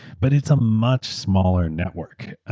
but it's a much smaller network,